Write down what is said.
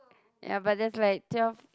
ya but there's like twelve